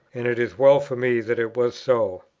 and it is well for me that it was so.